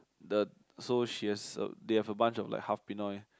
the so she has they have a bunch of like half pinoy